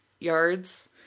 yards